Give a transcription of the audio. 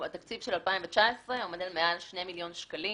התקציב של 2019 עומד על מעל 2 מיליון שקלים